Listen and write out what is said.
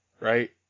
right